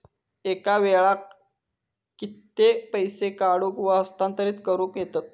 एका वेळाक कित्के पैसे काढूक व हस्तांतरित करूक येतत?